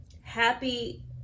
happy